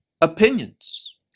opinions